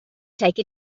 take